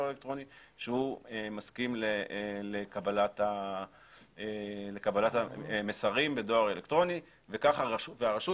האלקטרוני שהוא מסכים לקבלת המסרים בדואר אלקטרוני והרשות